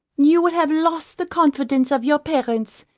you will have lost the confidence of your parents,